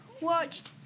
watched